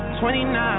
29